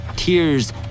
tears